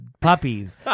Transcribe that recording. puppies